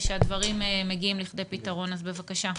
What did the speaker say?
ושהדברים מגיעים לכדי פתרון, אז בבקשה.